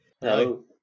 Hello